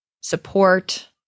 support